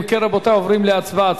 אם כן, רבותי, עוברים להצבעה.